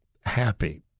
happy